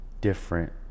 different